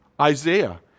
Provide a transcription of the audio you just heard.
Isaiah